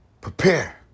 Prepare